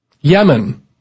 Yemen